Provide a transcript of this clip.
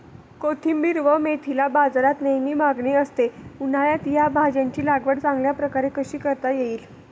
कोथिंबिर व मेथीला बाजारात नेहमी मागणी असते, उन्हाळ्यात या भाज्यांची लागवड चांगल्या प्रकारे कशी करता येईल?